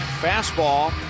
fastball